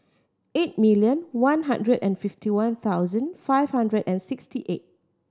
eight million one hundred and fifty one thousand five hundred and sixty eight